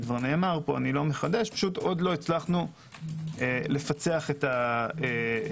אני לא מחדש בכך - טרם הצלחנו לפצח את הנושא.